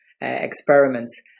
experiments